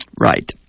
Right